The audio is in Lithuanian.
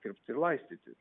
kirpti ir laistyti